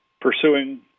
pursuing